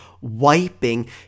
wiping